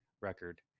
record